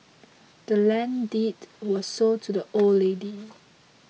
the land's deed was sold to the old lady